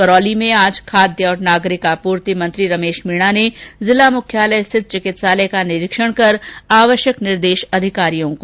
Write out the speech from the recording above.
करौली में आज खाद्य और नागरिक आपूर्ति मंत्री रमेश मीणा ने जिला मुख्यालय स्थित चिकित्सालय का निरीखण कर आवश्यक निर्देश संबंधित अधिकारियों को दिए